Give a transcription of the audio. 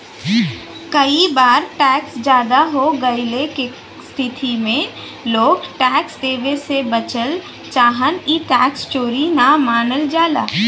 कई बार टैक्स जादा हो गइले क स्थिति में लोग टैक्स देवे से बचल चाहन ई टैक्स चोरी न मानल जाला